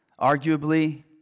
Arguably